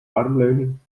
armleuning